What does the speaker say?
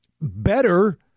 better